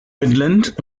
midland